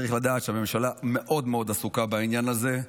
צריך לדעת שהממשלה מאוד מאוד עסוקה בעניין הזה.